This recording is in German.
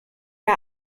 der